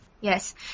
Yes